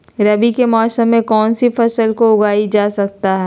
रवि के मौसम में कौन कौन सी फसल को उगाई जाता है?